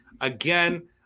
again